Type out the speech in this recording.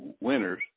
winners